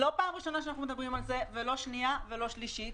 זו לא פעם ראשונה שאנחנו מדברים על זה ולא שנייה ולא שלישית,